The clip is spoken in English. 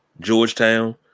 Georgetown